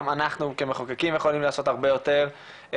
אנחנו כמחוקקים יכולים לעשות הרבה יותר,